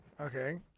Okay